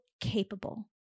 capable